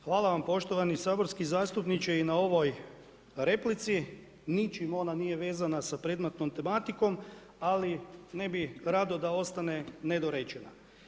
Hvala vam poštovani saborski zastupniče i na ovoj replici, ničim ona nije vezana sa predmetnom tematikom ali ne bi rado da ostane nedorečena.